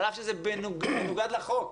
על אף שזה מנוגד לחוק.